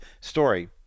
story